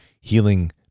Healing